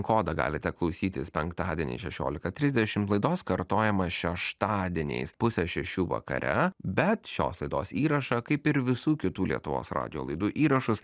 kodą galite klausytis penktadienį šešiolika trisdešimt laidos kartojimą šeštadieniais pusę šešių vakare bet šios laidos įrašą kaip ir visų kitų lietuvos radijo laidų įrašus